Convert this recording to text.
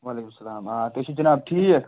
وعلیکُم السَلام آ تُہۍ چھُ جِناب ٹھیٖک